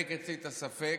מחזק אצלי את הספק.